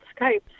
Skype